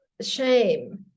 shame